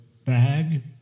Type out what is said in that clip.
bag